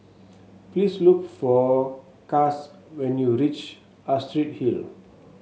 please look for Cass when you reach Astrid Hill